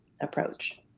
approach